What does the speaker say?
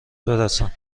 برسان